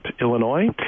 Illinois